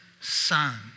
son